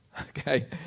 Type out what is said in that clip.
Okay